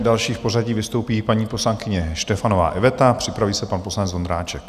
Další v pořadí vystoupí paní poslankyně Štefanová Iveta, připraví se pan poslanec Vondráček.